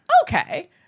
okay